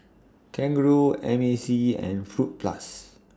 Kangaroo M A C and Fruit Plus